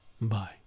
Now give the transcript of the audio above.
Bye